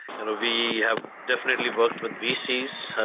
and we have definitely worked with vcs,